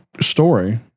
story